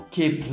Keep